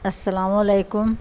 السلام علیکم